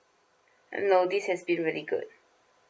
uh no this has been really good